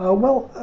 ah well,